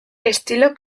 estilo